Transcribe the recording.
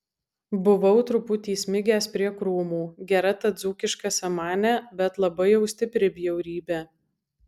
buvau truputį smigęs prie krūmų gera ta dzūkiška samanė bet labai jau stipri bjaurybė